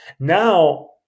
now